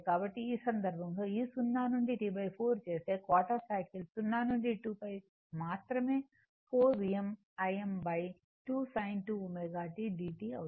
కాబట్టి ఈ సందర్భంలో ఈ 0 నుండి T 4 చేస్తే క్వార్టర్ సైకిల్ 0 నుండి 2π మాత్రమే 4 Vm Im2 sin 2 ω t dt అవుతుంది